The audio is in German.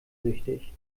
süchtig